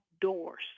doors